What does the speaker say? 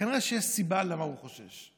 כנראה שיש סיבה למה הוא חושש.